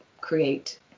create